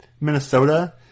Minnesota